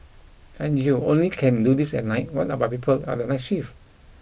and you only can do this at night what about people on the night shift